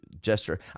gesture